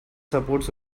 supports